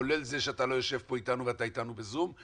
כולל זה שאתה לא יושב פה איתנו אתה איתנו בזום,